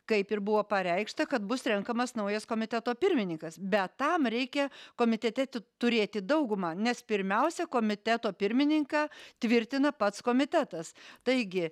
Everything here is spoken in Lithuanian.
kaip ir buvo pareikšta kad bus renkamas naujas komiteto pirmininkas bet tam reikia komitete turėti daugumą nes pirmiausia komiteto pirmininką tvirtina pats komitetas taigi